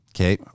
Okay